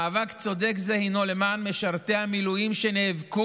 מאבק צודק זה הוא למען משרתי המילואים שנאבקו